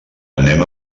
anem